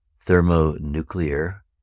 thermonuclear